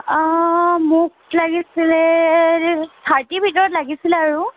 অঁ মোক লাগিছিলে থাৰ্টিৰ ভিতৰত লাগিছিল আৰু